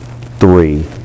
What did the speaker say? three